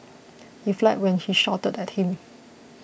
he fled when she shouted at him